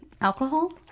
alcohol